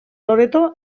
loreto